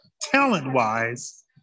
talent-wise